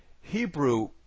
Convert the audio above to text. Hebrew